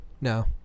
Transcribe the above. No